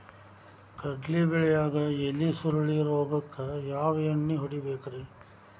ಕಡ್ಲಿ ಬೆಳಿಯಾಗ ಎಲಿ ಸುರುಳಿ ರೋಗಕ್ಕ ಯಾವ ಎಣ್ಣಿ ಹೊಡಿಬೇಕ್ರೇ?